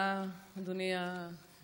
תודה, אדוני היושב-ראש.